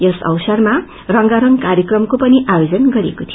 यस अवसरमा रंगारंग कार्यक्रमको पनि आयोजन गरिएको थियो